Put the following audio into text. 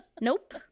Nope